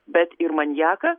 bet ir maniaką